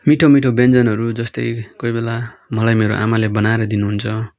मिठो मिठो व्यञ्जनहरू जस्तै कोहीबेला मलाई मेरो आमाले बनाएर दिनुहुन्छ